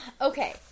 Okay